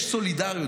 יש סולידריות.